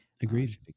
agreed